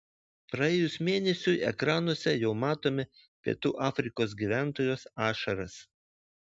praėjus mėnesiui ekranuose jau matome pietų afrikos gyventojos ašaras